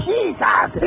Jesus